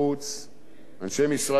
אנשי משרד הביטחון,